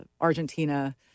Argentina